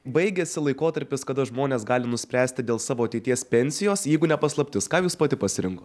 baigiasi laikotarpis kada žmonės gali nuspręsti dėl savo ateities pensijos jeigu ne paslaptis ką jūs pati pasirinko